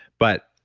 but